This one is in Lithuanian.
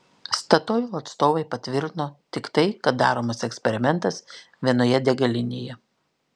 statoil atstovai patvirtino tik tai kad daromas eksperimentas vienoje degalinėje